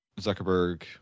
Zuckerberg